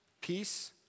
peace